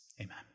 amen